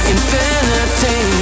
Infinity